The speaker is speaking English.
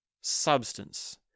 substance